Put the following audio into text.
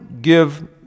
give